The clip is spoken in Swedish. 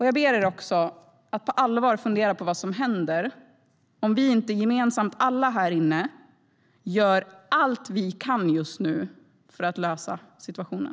Jag ber er också att på allvar fundera över vad som händer om vi inte gemensamt - alla här inne - just nu gör allt vi kan för att lösa situationen.